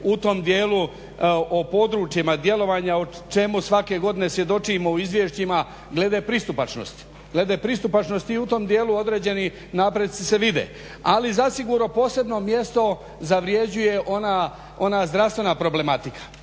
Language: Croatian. u tom dijelu o područjima djelovanja o čemu svake godine svjedočimo u izvješćima glede pristupačnosti. I u tom dijelu određeni napretci se vide. Ali zasigurno posebno mjesto zavređuje ona zdravstvena problematika.